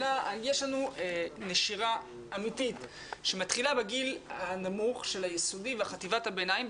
יש לנו נשירה אמיתית שמתחילה בגיל הנמוך של היסודי וחטיבת הביניים,